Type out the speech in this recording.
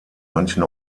manchen